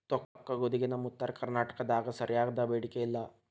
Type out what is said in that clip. ತೊಕ್ಕಗೋಧಿಗೆ ನಮ್ಮ ಉತ್ತರ ಕರ್ನಾಟಕದಾಗ ಸರಿಯಾದ ಬೇಡಿಕೆ ಇಲ್ಲಾ